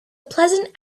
pleasant